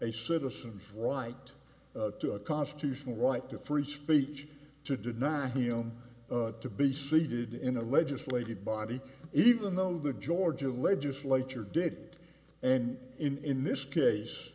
a citizen's right to a constitutional right to free speech to deny him to be seated in a legislative body even though the georgia legislature did and in this